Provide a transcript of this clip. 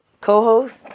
Co-host